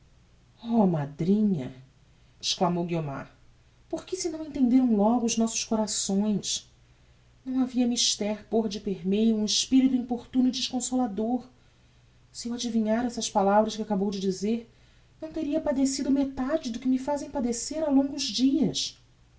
oh madrinha exclamou guiomar porque se não entenderam logo os nossos corações não havia mister pôr de permeio um espirito importuno e desconsolador se eu advinhara essas palavras que acabou de dizer não teria padecido metade do que me fazem padecer ha longos dias